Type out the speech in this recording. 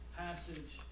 passage